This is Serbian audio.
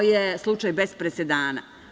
To je slučaj bez presedana.